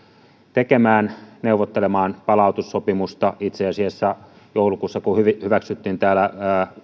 neuvottelemaan palautussopimuksesta itse asiassa joulukuussa kun hyväksyttiin täällä